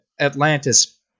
Atlantis